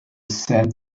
same